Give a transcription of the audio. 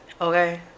okay